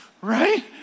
right